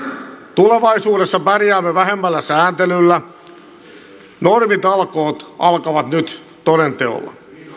tulevaisuudessa pärjäämme vähemmällä sääntelyllä normitalkoot alkavat nyt toden teolla